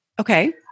Okay